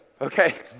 Okay